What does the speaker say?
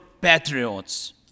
patriots